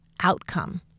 outcome